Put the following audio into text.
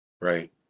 right